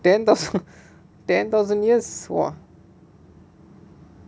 then the ten thousand years